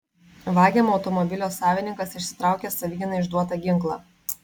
vagiamo automobilio savininkas išsitraukė savigynai išduotą ginklą